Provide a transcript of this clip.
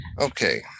Okay